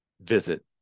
visit